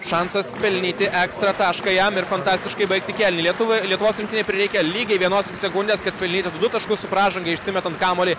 šansas pelnyti ekstra tašką jam ir fantastiškai baigti kėlinį lietuviai lietuvos rinktinei prireikia lygiai vienos sekundės kad pelnytų taškus su pražanga išsimetant kamuolį